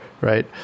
right